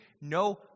No